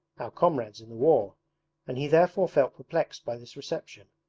comrades in the war and he therefore felt perplexed by this reception.